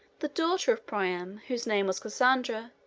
the daughter of priam, whose name was cassandra,